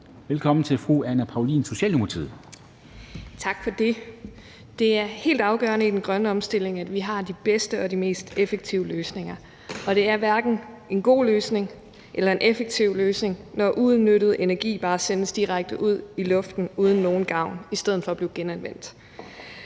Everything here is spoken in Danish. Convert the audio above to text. (Ordfører) Anne Paulin (S): Tak for det. Det er helt afgørende i den grønne omstilling, at vi har de bedste og de mest effektive løsninger, og det er hverken en god løsning eller en effektiv løsning, når uudnyttet energi bare sendes direkte ud i luften uden nogen gavn i stedet for at blive genanvendt.